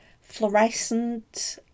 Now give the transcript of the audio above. fluorescent